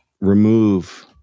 remove